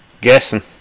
guessing